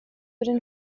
den